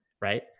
right